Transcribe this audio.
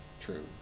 true